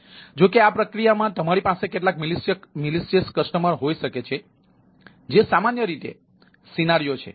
જો કે આ પ્રક્રિયામાં તમારી પાસે કેટલાક દૂષિત ગ્રાહકો હોઈ શકે છે જે સામાન્ય રીતે દ્રશ્યો છે